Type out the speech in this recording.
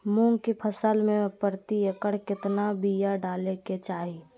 मूंग की फसल में प्रति एकड़ कितना बिया डाले के चाही?